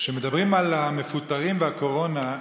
כשמדברים על המפוטרים והקורונה,